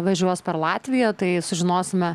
važiuos per latviją tai sužinosime